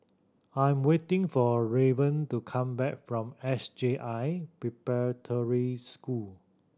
I'm waiting for Rayburn to come back from S J I Preparatory School